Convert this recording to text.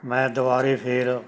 ਮੈਂ ਦੁਬਾਰਾ ਫਿਰ